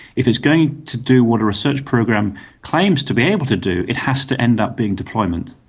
if it's going to do what a research program claims to be able to do, it has to end up being deployment,